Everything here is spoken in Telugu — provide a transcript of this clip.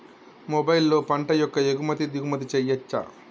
మొబైల్లో పంట యొక్క ఎగుమతి దిగుమతి చెయ్యచ్చా?